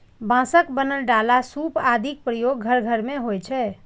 बांसक बनल डाला, सूप आदिक प्रयोग घर घर मे होइ छै